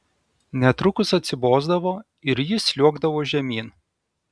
netrukus atsibosdavo ir jis sliuogdavo žemyn